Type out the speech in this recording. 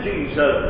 Jesus